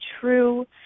true